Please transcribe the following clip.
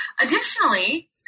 Additionally